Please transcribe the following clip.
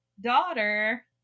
daughter